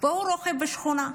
והוא רוכב בשכונה.